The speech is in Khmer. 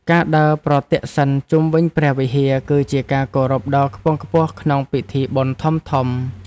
ការដើរប្រទក្សិណជុំវិញព្រះវិហារ គឺជាការគោរពដ៏ខ្ពង់ខ្ពស់ក្នុងពិធីបុណ្យធំៗ។